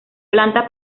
planta